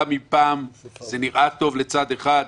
גם אם פעם זה נראה טוב לצד אחד,